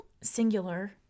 singular